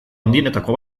handienetako